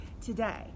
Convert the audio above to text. today